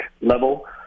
level